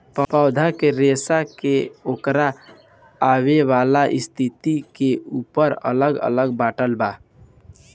पौधा के रेसा के ओकर बनेवाला स्थिति के ऊपर अलग अलग बाटल बा